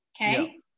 okay